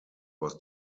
was